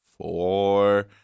four